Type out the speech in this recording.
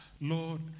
Lord